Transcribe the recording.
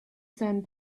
sand